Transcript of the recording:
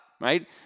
Right